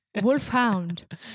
Wolfhound